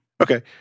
Okay